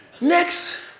Next